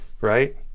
right